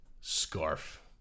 scarf